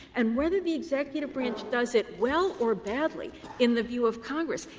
and whether the executive branch does it well or badly in the view of congress,